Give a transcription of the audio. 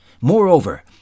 Moreover